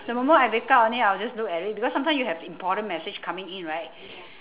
the moment I wake up only I'll just look at it because sometimes you have important message coming in right